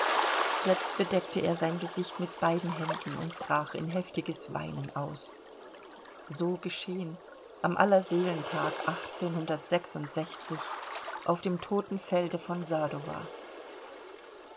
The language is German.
jetzt bedeckte er sein gesicht mit beiden händen und brach in heftiges weinen aus so geschehen am allerseelentag auf dem totenfelde von sadowa